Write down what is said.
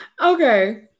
okay